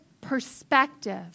perspective